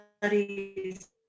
studies